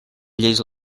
lleis